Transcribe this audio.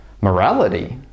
morality